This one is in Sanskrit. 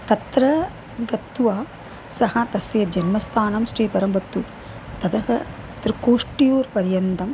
तत्र गत्वा सः तस्य जन्मस्थानं श्रि परंबत्तूर् ततः त्रिकोष्ट्यूर् पर्यन्तम्